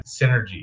synergy